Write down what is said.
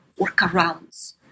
workarounds